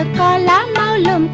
la la la